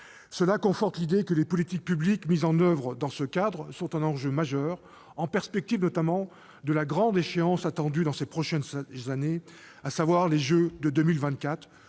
Cela conforte l'idée que les politiques publiques mises en oeuvre dans ce cadre sont un enjeu majeur, notamment en perspective de la grande échéance attendue dans ces prochaines années, à savoir les Jeux de 2024,